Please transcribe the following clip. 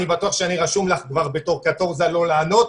אני בטוח שאני רשום לך כבר בתור 'קטורזה-לא לענות',